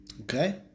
Okay